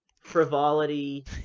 frivolity